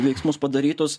veiksmus padarytus